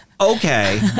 okay